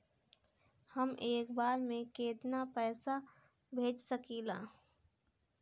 हम एक बार में केतना पैसा भेज सकिला?